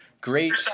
great